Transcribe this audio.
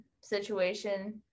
situation